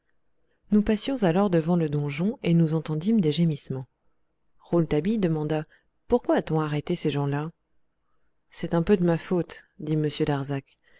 nous passions alors devant le donjon et nous entendîmes des gémissements rouletabille demanda pourquoi a-t-on arrêté ces gens-là c'est un peu de ma faute dit m darzac